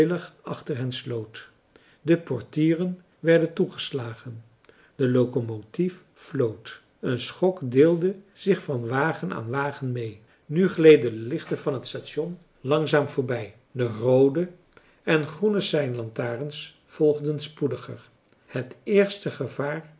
hen sloot de portieren werden toegeslagen de locomotief floot een schok deelde zich van wagen aan wagen mee nu gleden de lichten van het station langzaam voorbij de roode en groene seinlantarens volgden spoediger het eerste gevaar